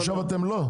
עכשיו אתם לא?